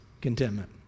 contentment